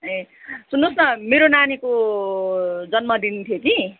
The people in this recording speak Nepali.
ए सुन्नुहोस् न मेरो नानीको जन्मदिन थियो कि